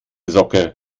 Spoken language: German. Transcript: socke